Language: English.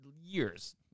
years